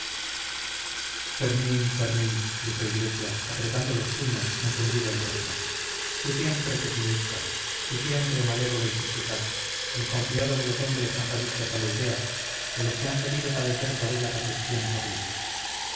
fermín fermín dijo iglesias apretando los puños encendido el rostro tú siempre pesimista tú siempre malévolo y suspicaz desconfiando de los hombres más adictos a la idea de los que han sabido padecer por ella persecuciones horribles